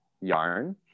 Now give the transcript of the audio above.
yarn